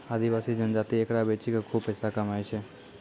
आदिवासी जनजाति एकरा बेची कॅ खूब पैसा कमाय छै